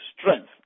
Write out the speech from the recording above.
strength